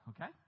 Okay